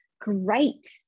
great